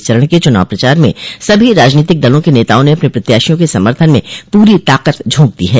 इस चरण के चुनाव प्रचार में सभी राजनीतिक दलों के नेताओं ने अपने प्रत्याशियों के समर्थन में पूरी ताकत झोंक दो है